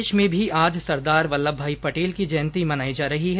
प्रदेश में भी आज सरदार वल्लभ भाई पटेल की जयंती मनाई जा रही है